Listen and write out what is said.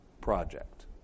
project